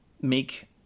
make